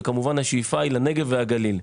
וכמובן השאיפה היא לנגב והגליל.